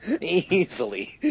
Easily